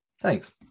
Thanks